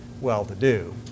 well-to-do